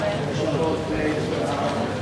הרווחה והבריאות נתקבלה.